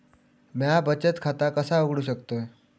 म्या बचत खाता कसा उघडू शकतय?